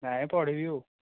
ନାଇଁ ପଢ଼ିବି ଆଉ